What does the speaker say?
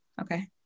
Okay